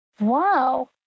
Wow